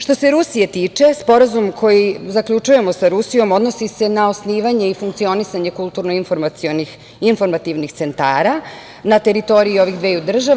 Što se Rusije tiče, Sporazum koji zaključujemo sa Rusijom odnosi se na osnivanje i funkcionisanje kulturno informativnih centara na teritoriji ovih dveju država.